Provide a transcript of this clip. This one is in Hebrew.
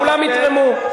כולם יתרמו.